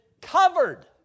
covered